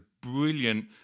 brilliant